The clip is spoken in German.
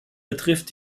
betrifft